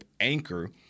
Anchor